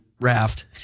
raft